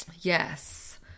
Yes